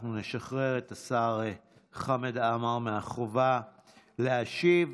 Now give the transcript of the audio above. אנחנו נשחרר את השר חמד עמאר מהחובה להשיב.